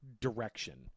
direction